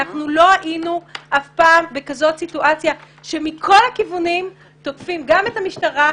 לא היינו אף פעם בסיטואציה כזאת שמכל הכיוונים תוקפים גם את המשטרה,